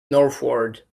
northward